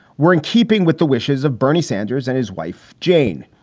were in keeping with the wishes of bernie sanders and his wife jane.